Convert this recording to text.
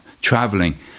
traveling